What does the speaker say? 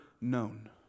known